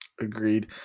Agreed